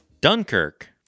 Dunkirk